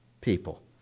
people